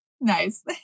Nice